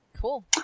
Cool